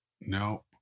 No